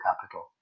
capital